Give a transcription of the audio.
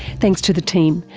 thanks to the team,